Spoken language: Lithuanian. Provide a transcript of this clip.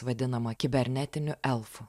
vadinama kibernetiniu elfu